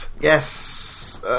Yes